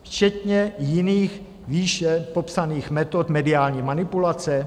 Včetně jiných, výše popsaných metod mediální manipulace?